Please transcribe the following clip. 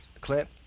Clint